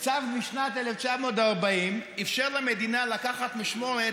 "צו משנת 1940 אפשר למדינה לקחת משמורת